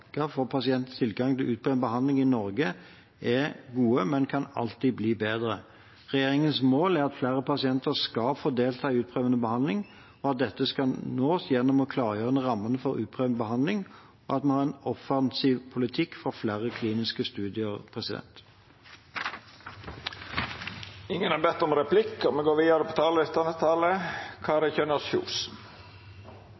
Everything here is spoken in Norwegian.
for pasienters tilgang til utprøvende behandling i Norge, er gode, men alltid kan bli bedre. Regjeringens mål er at flere pasienter skal få delta i utprøvende behandling, og at dette skal nås gjennom å klargjøre rammene for utprøvende behandling og at man har en offensiv politikk for flere kliniske studier. Dei talarane som heretter får ordet, har òg ei taletid på